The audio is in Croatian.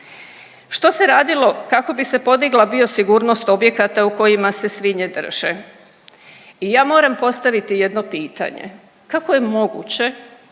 Što se radilo kako bi se podigla biosigurnost objekata u kojima se svinje drže. I ja moram postaviti jedno pitanje. Kako je moguće